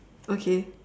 okay